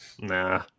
Nah